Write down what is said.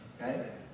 Okay